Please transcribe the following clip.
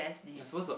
you're supposed to